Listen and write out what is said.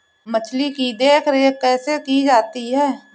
मछली की देखरेख कैसे की जाती है?